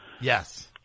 Yes